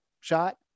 shot